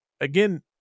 again